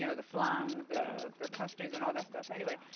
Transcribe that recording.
you know the flan, the the custards, and all that stuff, anyway.